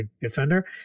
defender